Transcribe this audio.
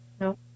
No